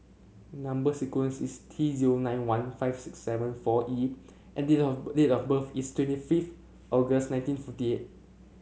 number sequence is T zero nine one five six seven four E and date of date of birth is twenty fifth August nineteen forty eight